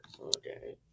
Okay